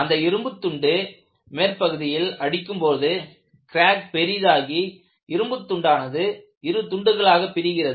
அந்த இரும்புத் துண்டு மேற்பகுதியில் அடிக்கும்போது க்ராக் பெரிதாகி இரும்புத் துண்டானது இரு துண்டுகளாக பிரிகிறது